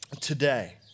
today